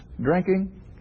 drinking